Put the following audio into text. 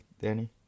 Danny